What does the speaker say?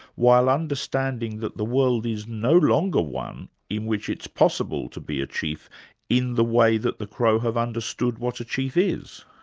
while understanding that the world is no longer one in which it's possible to be a chief in the way that the crow have understood what a chief is.